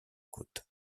côte